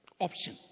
option